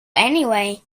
anyway